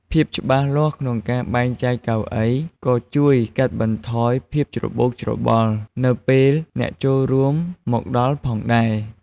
ភាពច្បាស់លាស់ក្នុងការបែងចែកកៅអី ក៏ជួយកាត់បន្ថយភាពច្របូកច្របល់នៅពេលអ្នកចូលរួមមកដល់ផងដែរ។